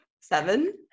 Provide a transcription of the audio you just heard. seven